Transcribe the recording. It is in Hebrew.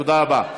תודה רבה.